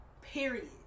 period